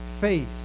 Faith